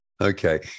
Okay